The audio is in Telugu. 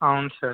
అవును సార్